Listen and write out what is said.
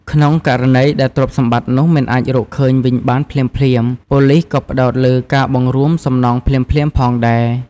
ក្នុងករណីដែលទ្រព្យសម្បត្តិនោះមិនអាចរកឃើញវិញបានភ្លាមៗ ប៉ូលិសក៏ផ្តោតលើ ការបង្រួមសំណងភ្លាមៗ ផងដែរ។